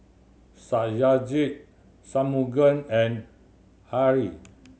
Satyajit Shunmugam and Hri